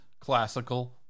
classical